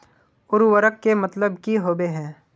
उर्वरक के मतलब की होबे है?